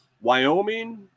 Wyoming